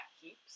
keeps